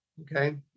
okay